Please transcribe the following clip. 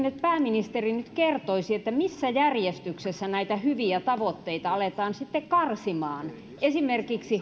nyt kertoisi missä järjestyksessä näitä hyviä tavoitteita aletaan sitten karsimaan esimerkiksi